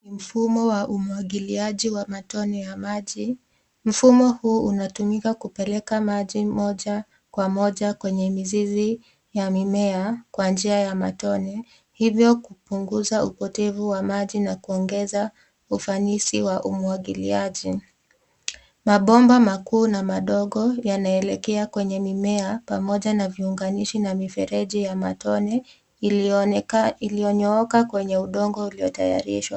Mfumo wa umwagiliaji wa maji. Mfumo huu hutumika kupeleka maji moja kwa moja kwenye mizizi ya mimea kwa njia ya matone hivyo kupunguza upotevu wa maji na kuongeza ufanisi wa umwagiliaji. Mabomba makuu na madogo yanaelekea kwenye mimea pamoja na viunganishi na mifereji ya matone iliyonyooka kwenye udongo uliyotayarishwa.